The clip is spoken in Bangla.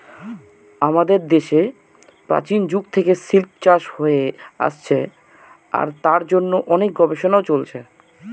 আমাদের দেশে প্রাচীন যুগ থেকে সিল্ক চাষ হয়ে আসছে আর তার জন্য অনেক গবেষণাও চলছে